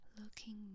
looking